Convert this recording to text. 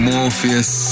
Morpheus